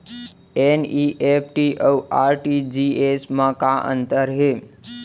NEFT अऊ RTGS मा का अंतर हे?